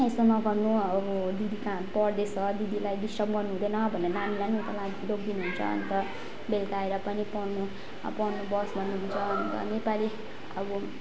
यस्तो नगर्नु अब दिदी कहाँ पढ्दैछ दिदीलाई डिस्टर्ब गर्नु हुँदैन भनेर नानीलाई पनि उता लगिदिनुहुन्छ अन्त बेलका आएर पनि पढ्नु अब पढ्नु बस् भन्नुहुन्छ अन्त नेपाली अब